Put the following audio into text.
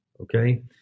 Okay